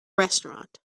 restaurant